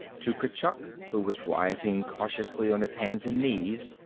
to kurchuk, who was rising cautiously on his hands and knees,